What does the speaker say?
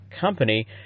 company